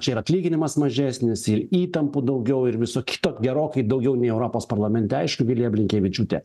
čia ir atlyginimas mažesnis ir įtampų daugiau ir viso kito gerokai daugiau nei europos parlamente aišku vilija blinkevičiūtė